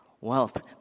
Wealth